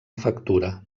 factura